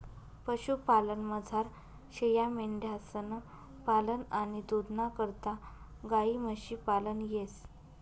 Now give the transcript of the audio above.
पशुपालनमझार शेयामेंढ्यांसनं पालन आणि दूधना करता गायी म्हशी पालन येस